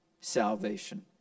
salvation